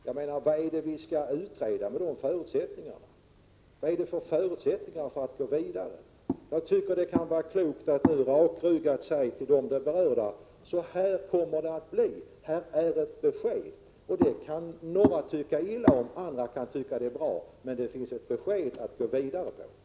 Jag frågar mig: Vad är det som vi skall utreda, vilka förutsättningar finns det att gå vidare? Jag tycker att det är klokt att nu rakryggat säga till de berörda: Så här kommer det att bli, här är ett besked. Några kan tycka illa om det, och andra kan tycka att det är bra. Men det har i alla fall getts ett besked, och sedan kan man gå vidare.